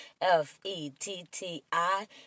F-E-T-T-I